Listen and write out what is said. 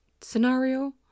scenario